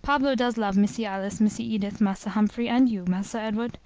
pablo does love missy alice, missy edith, massa humphrey, and you, massa edward